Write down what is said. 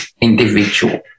individual